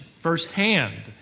firsthand